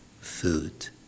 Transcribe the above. food